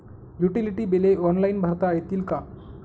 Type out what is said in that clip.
Utility बिले online भरता येतील का?